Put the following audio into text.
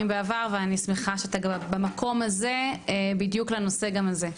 בעבר ואני שמחה שאתה כבר במקום הזה בדיוק לנושא הזה.